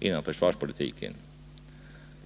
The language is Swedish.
inom försvarspolitiken.